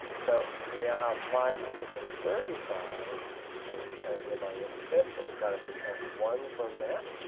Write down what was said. so we now have five hundred and thirty five times ten to the minus fifth, but we've got to subtract one from that,